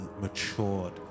matured